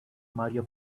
maria